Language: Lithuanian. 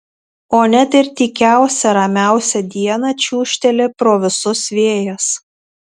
o net ir tykiausią ramiausią dieną čiūžteli pro visus vėjas